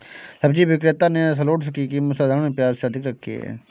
सब्जी विक्रेता ने शलोट्स की कीमत साधारण प्याज से अधिक रखी है